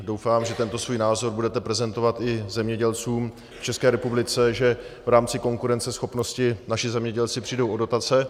Doufám, že tento svůj názor budete prezentovat i zemědělcům v České republice, že v rámci konkurenceschopnosti naši zemědělci přijdou o dotace.